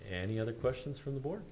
the other questions from the board